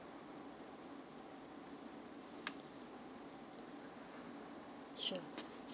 sure